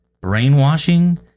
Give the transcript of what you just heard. Brainwashing